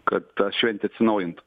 kad ta šventė atsinaujintų